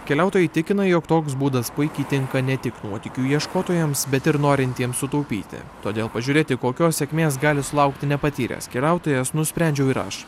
keliautojai tikina jog toks būdas puikiai tinka ne tik nuotykių ieškotojams bet ir norintiems sutaupyti todėl pažiūrėti kokios sėkmės gali sulaukti nepatyręs keliautojas nusprendžiau ir aš